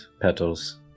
Petals